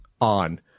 on